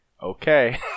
Okay